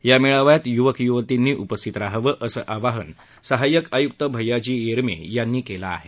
या मेळाव्यात युवक युवतींनी उपस्थित राहावं असं आवाहन सहाय्यक आयुक्त भैय्याजी येरमे यांनी केलं आहे